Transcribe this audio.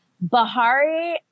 Bahari